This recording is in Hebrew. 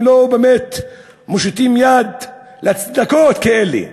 אם לא באמת מושיטים יד לצדקות כאלה,